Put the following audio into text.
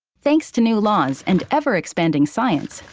thanks to new laws and ever expanding science,